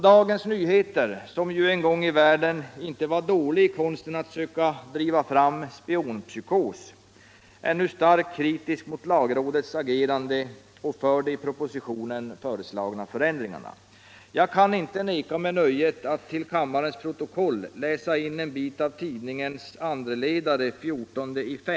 Dagens Nyheter, som ju en gång i världen inte var dålig i konsten att söka driva fram spionpsykos, är nu starkt kritisk mot lagrådets agerande och de i propositionen föreslagna förändringarna. Jag kan inte neka mig nöjet att till kammarens protokoll läsa in en bit av tidningens andraledare den 14 maj.